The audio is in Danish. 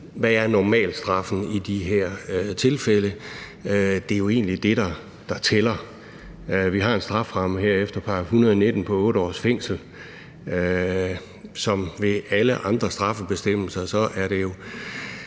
hvad er normalstraffen i de her tilfælde? Det er jo egentlig det, der tæller. Vi har efter § 119 en strafferamme på 8 års fængsel, og som ved alle andre straffebestemmelser er det jo